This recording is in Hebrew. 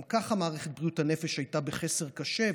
גם ככה מערכת בריאות הנפש הייתה בחסר קשה,